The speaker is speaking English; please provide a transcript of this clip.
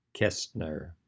kestner